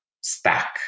stack